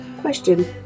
question